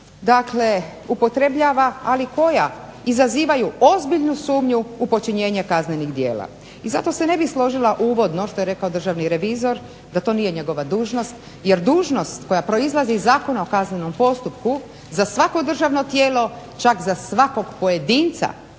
jeziku upotrebljava, ali koja izazivaju ozbiljnu sumnju u počinjenje kaznenih djela. I zato se ne bih složilo uvodno što je rekao državni revizor da to nije njegova dužnost jer dužnost koja proizlazi iz Zakona o kaznenom postupku za svako državno tijelo čak za svakog pojedinca